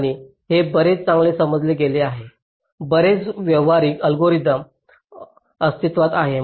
आणि हे बरेच चांगले समजले गेले आहे बरेच व्यावहारिक अल्गोरिदम अस्तित्त्वात आहेत